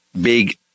big